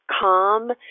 calm